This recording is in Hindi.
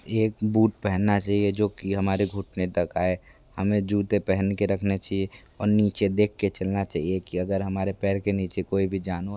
एक बूट पहनना चाहिए जो कि हमारे घुटने तक आए हमें जूते पहन के रखना चाहिए और नीचे देख कर चलना चाहिए कि अगर हमारे पैर के नीचे कोई भी जानवर